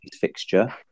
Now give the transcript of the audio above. fixture